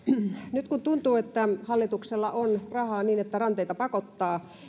nyt kun tuntuu että hallituksella on rahaa niin että ranteita pakottaa